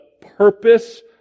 purpose